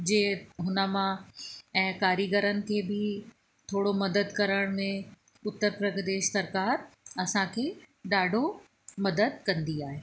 जे हुन मां ऐं कारीगरनि खे बि थोरो मदद करण में उत्तर प्रदेश सरकार असांखे ॾाढो मदद कंदी आहे